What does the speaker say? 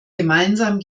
gemeinsam